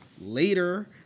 later